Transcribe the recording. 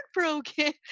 heartbroken